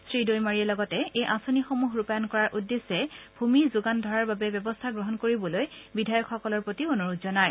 শ্ৰীদৈমাৰীয়ে লগতে এই আঁচনিসমূহ ৰূপায়ণ কৰাৰ উদ্দেশ্যে ভূমি যোগান ধৰাৰ বাবে ব্যৱস্থা গ্ৰহণ কৰিবলৈ বিধায়কসকলৰ প্ৰতি অনুৰোধ জনায়